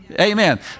Amen